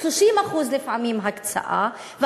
30% הקצאה לפעמים,